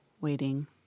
waiting